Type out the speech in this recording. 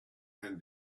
and